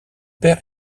père